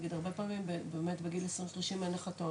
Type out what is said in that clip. נגיד הרבה פעמים בגיל 20 30 אין לך את ההון